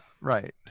right